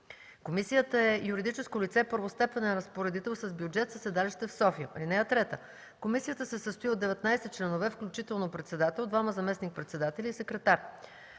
Комисията е юридическо лице – първостепенен разпоредител с бюджет, със седалище в София. (3) Комисията се състои от 19 членове, включително председател, двама заместник-председатели и секретар.